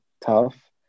tough